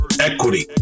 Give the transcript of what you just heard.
equity